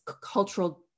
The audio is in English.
cultural